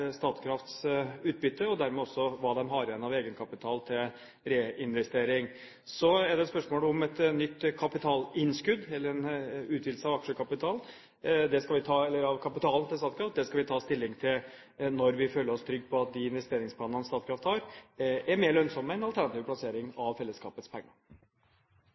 Statkrafts utbytte, og dermed også hva de har igjen av egenkapital til reinvestering. Så er det spørsmål om et nytt kapitalinnskudd eller en utvidelse av kapitalen til Statkraft. Det skal vi ta stilling til når vi føler oss trygge på at de investeringsplanene Statkraft har, er mer lønnsomme enn en alternativ plassering av fellesskapets penger.